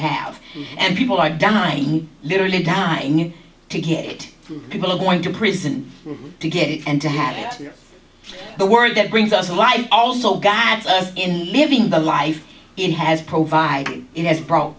have and people are dying literally dying to hear it people are going to prison to get it and to have it the word that brings us alive also guides us in living the life it has provided it has brought